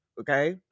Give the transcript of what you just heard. Okay